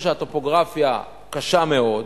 במקומות שהטופוגרפיה קשה מאוד,